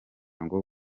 ngo